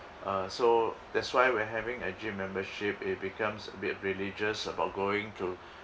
uh so that's why when having a gym membership it becomes a bit religious about going to